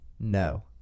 No